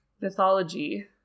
mythology